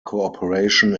cooperation